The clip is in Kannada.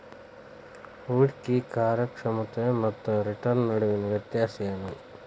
ಹೂಡ್ಕಿ ಕಾರ್ಯಕ್ಷಮತೆ ಮತ್ತ ರಿಟರ್ನ್ ನಡುವಿನ್ ವ್ಯತ್ಯಾಸ ಏನು?